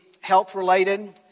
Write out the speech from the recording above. health-related